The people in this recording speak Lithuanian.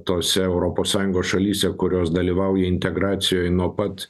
tose europos sąjungos šalyse kurios dalyvauja integracijoj nuo pat